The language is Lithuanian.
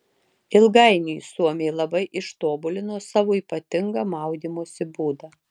ilgainiui suomiai labai ištobulino savo ypatingą maudymosi būdą